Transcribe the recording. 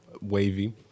Wavy